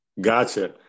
Gotcha